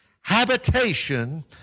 habitation